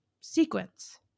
Sequence